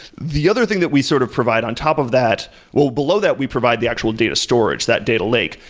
the other thing that we sort of provide on top of that well, below that, we provide the actual data storage, that data lake,